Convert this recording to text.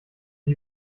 ein